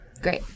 great